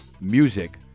music